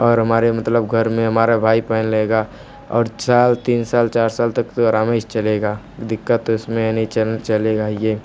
और हमारे मतलब घर में हमारा भाई पहन लेगा और चार तीन साल चार साल तक तो आराम से चलेगा दिक्कत तो इसमें नहीं चलेगा ये